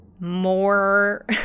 more